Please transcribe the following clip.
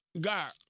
God